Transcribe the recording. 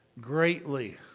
greatly